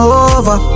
over